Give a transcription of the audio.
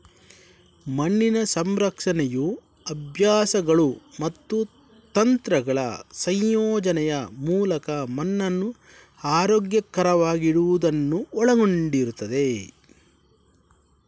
ಮಣ್ಣಿನ ಸಂರಕ್ಷಣೆಯು ಅಭ್ಯಾಸಗಳು ಮತ್ತು ತಂತ್ರಗಳ ಸಂಯೋಜನೆಯ ಮೂಲಕ ಮಣ್ಣನ್ನು ಆರೋಗ್ಯಕರವಾಗಿಡುವುದನ್ನು ಒಳಗೊಂಡಿದೆ